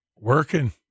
Working